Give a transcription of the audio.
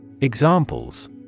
Examples